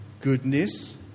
goodness